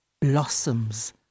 blossoms